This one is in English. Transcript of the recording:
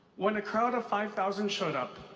when a crowd of five thousand showed up,